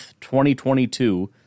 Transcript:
2022